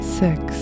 six